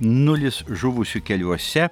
nulis žuvusių keliuose